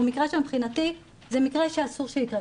הוא מבחינתי מקרה שאסור שיקרה.